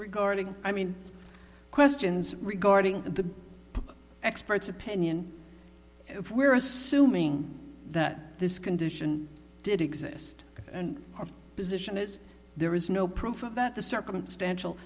regarding i mean questions regarding the expert's opinion if we're assuming that this condition did exist and our position is there is no proof that the circumstantial